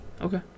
Okay